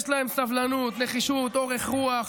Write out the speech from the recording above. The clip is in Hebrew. יש להם סבלנות, נחישות, אורך רוח,